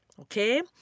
okay